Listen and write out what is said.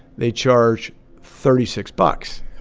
they charge thirty six bucks?